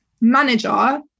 manager